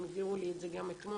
הם הבהירו לי את זה גם אתמול,